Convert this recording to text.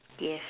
yes